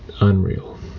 unreal